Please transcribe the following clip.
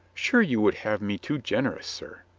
sure, you would have me too generous, sir.